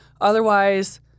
Otherwise